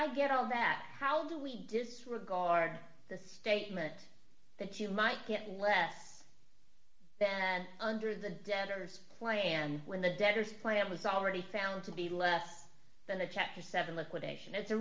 i get all that how do we disregard the statement that you might get less and under the debtors play and when the debtors plan was already found to be less than a cat a seven liquidation it's a